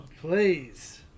Please